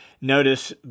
Notice